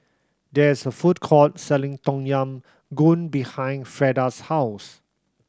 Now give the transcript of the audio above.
there is a food court selling Tom Yam Goong behind Freeda's house